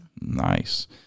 Nice